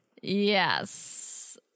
Yes